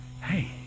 hey